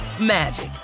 magic